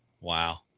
wow